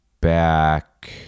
back